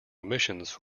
omissions